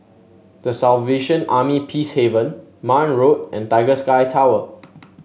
The Salvation Army Peacehaven Marne Road and Tiger Sky Tower